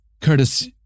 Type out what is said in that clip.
Curtis